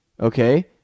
Okay